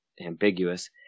ambiguous